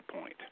point